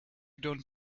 don’t